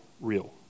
real